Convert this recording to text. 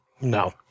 No